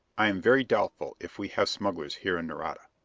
i am very doubtful if we have smugglers here in nareda.